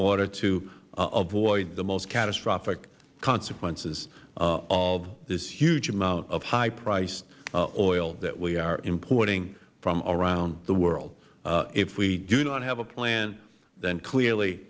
order to avoid the most catastrophic consequences of this huge amount of high priced oil that we are importing from around the world if we do not have a plan then clearly